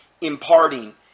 imparting